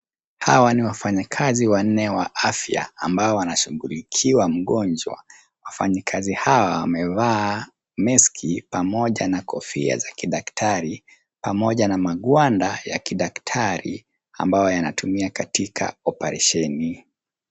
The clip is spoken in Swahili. Hawa ni wafanyikazi wanne wa afya ambao wanashughulikia mgonjwa. Wafanyikazi hawa wamevaa mask pamoja na kofia za kidaktari pamoja na magwanda ya kidaktari ambayo yanatumiwa katika operesheni.